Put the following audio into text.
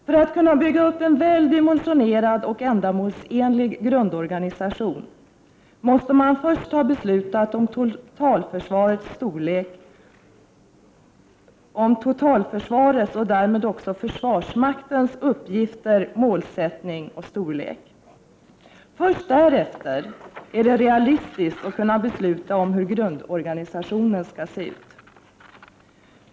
För att kunna bygga upp en väl dimensionerad och ändamålsenlig grundorganisation måste man först ha beslutat om totalförsvarets och därmed också försvarsmaktens uppgifter, målsättning och storlek. Först därefter är det realistiskt att kunna besluta om hur grundorganisationen skall se ut.